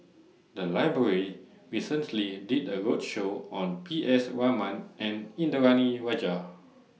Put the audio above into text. The Library recently did A roadshow on P S Raman and Indranee Rajah